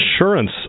insurance